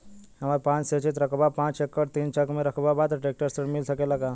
हमरा पास सिंचित रकबा पांच एकड़ तीन चक में रकबा बा त ट्रेक्टर ऋण मिल सकेला का?